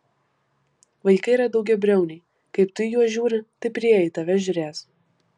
vaikai yra daugiabriauniai kaip tu į juos žiūri taip ir jie į tave žiūrės